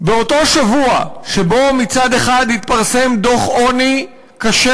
באותו שבוע שבו מצד אחד מתפרסם דוח עוני קשה